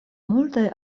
multaj